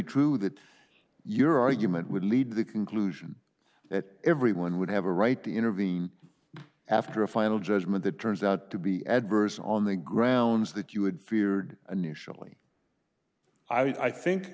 true that your argument would lead to the conclusion that everyone would have a right to intervene after a final judgment that turns out to be adverse on the grounds that you had feared a nationally i think